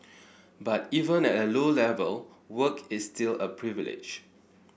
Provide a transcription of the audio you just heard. but even at a low level work is still a privilege